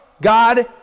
God